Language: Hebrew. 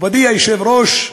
מכובדי היושב-ראש,